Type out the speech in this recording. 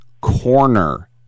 corner